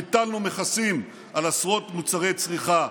ביטלנו מכסים על עשרות מוצרי צריכה,